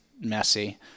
messy